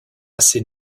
assez